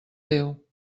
teu